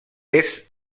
est